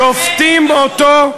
שופטים אותו,